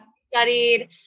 studied